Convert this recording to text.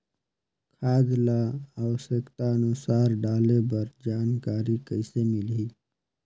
खाद ल आवश्यकता अनुसार डाले बर जानकारी कइसे मिलही?